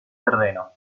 terreno